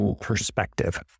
perspective